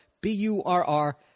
B-U-R-R